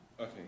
Okay